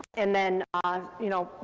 and then, um you know,